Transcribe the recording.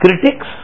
critics